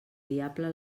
diable